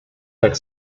tak